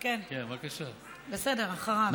בסדר, אחריו.